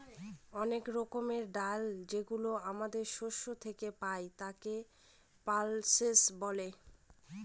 অনেক রকমের ডাল যেগুলো আমাদের শস্য থেকে পাই, তাকে পালসেস বলে